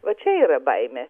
va čia yra baimė